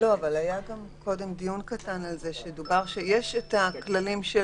לא, היה קודם דיון קטן שבו נאמר שיש את הכללים של